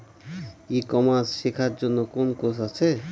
ই commerce শেক্ষার জন্য কোন কোর্স আছে?